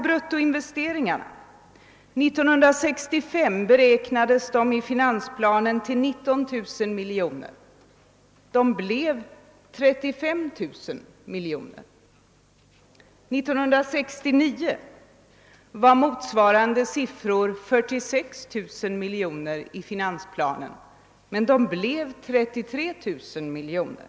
Bruttoinvesteringarna beräknades år 1965 i finansplanen till 19 000 miljoner kronor. De blev 35000 miljoner. År 1969 beräknades samma post till 46 000 miljoner kronor i finansplanen, men den stannade vid 33 000 miljoner.